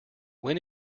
when